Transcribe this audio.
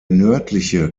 nördliche